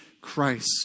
Christ